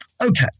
Okay